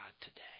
today